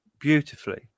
beautifully